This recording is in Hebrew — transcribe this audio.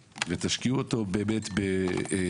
יש פה משהו לא הגון.